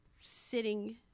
sitting